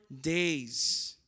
days